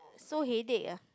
so headache ah